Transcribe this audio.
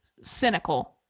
cynical